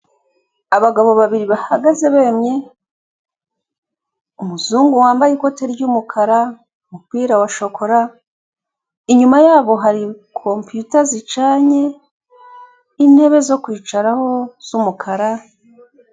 Abagabo babiri bahagaze bemye, umuzungu wambaye ikoti ry'umukara, umupira wa shokora, inyuma yabo hari Computer zicanye, intebe zo kwicaraho z'umukara.